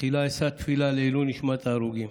תחילה אשא תפילה לעילוי נשמת ההרוגים